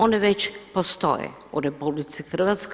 One već postoje u RH.